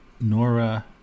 Nora